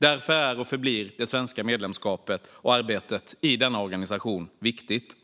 Därför är och förblir det svenska medlemskapet och arbetet i denna organisation viktigt.